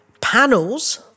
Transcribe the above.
panels